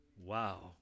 wow